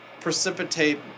precipitate